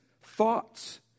thoughts